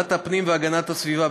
בוועדת הפנים והגנת הסביבה,